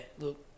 Look